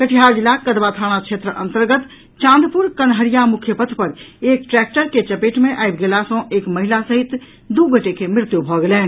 कटिहार जिलाक कदवा थाना क्षेत्र अन्तर्गत चांदपुर कनहरिया मुख्य पथ पर एक ट्रैक्टर के चपेट मे आबि गेला सँ एक महिला सहित दू गोटे के मृत्यु भऽ गेलनि